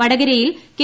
വടകരയിൽ കെ